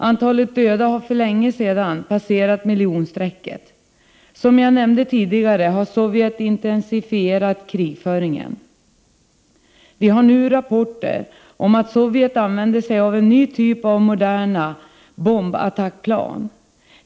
Antalet döda har för länge sedan passerat miljonstrecket. Som jag nämnde tidigare, har Sovjet intensifierat krigföringen. Det kommer nu rapporter om att Sovjet använder sig av en ny typ av moderna bombattackplan.